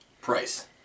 Price